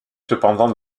cependant